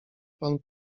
pan